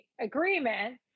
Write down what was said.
agreement